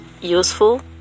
useful